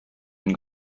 une